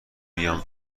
بیام